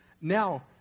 Now